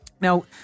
Now